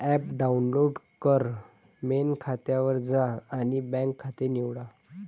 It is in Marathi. ॲप डाउनलोड कर, मेन खात्यावर जा आणि बँक खाते निवडा